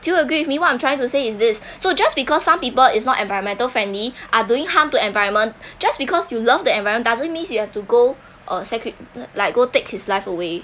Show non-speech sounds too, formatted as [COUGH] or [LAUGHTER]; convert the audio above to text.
do you agree with me what I'm trying to say is this [BREATH] so just because some people it's not environmental friendly are doing harm to environment [BREATH] just because you love the environment doesn't means you have to go [BREATH] uh sacri~ like go take his life away